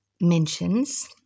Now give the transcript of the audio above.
mentions